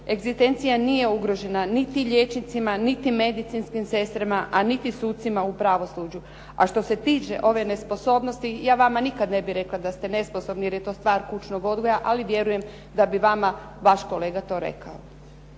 Egzistencija nije ugrožena niti liječnicima, niti medicinskim sestrama a niti sucima u pravosuđu. A što se tiče ove nesposobnosti ja vama nikad ne bih rekla da ste nesposobni jer je to stvar kućnog odgoja ali vjerujem da bi vama vaš kolega to rekao.